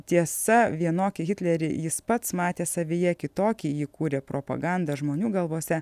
tiesa vienokį hitlerį jis pats matė savyje kitokį jį kūrė propaganda žmonių galvose